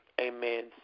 Amen